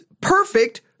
perfect